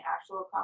actual